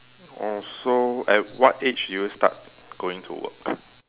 oh so at what age do you start going to work